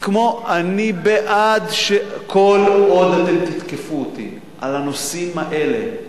כל עוד אתם תתקפו אותי על הנושאים האלה,